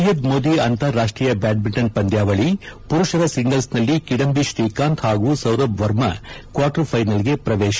ಸ್ಯೆಯದ್ ಮೋದಿ ಅಂತಾರಾಷ್ಷೀಯ ಬ್ಲಾಡ್ನಿಂಟನ್ ಪಂದ್ಲಾವಳಿ ಪುರುಷರ ಸಿಂಗಲ್ಸ್ನಲ್ಲಿ ಕಿಂಡಬಿ ಶ್ರೀಕಾಂತ್ ಹಾಗೂ ಸೌರಭ್ ವರ್ಮ ಕ್ವಾರ್ಟರ್ ಫೈನಲ್ಸ್ಗೆ ಪ್ರವೇಶ